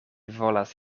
volas